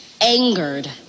angered